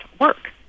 work